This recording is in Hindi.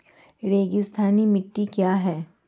रेगिस्तानी मिट्टी क्या है?